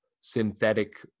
synthetic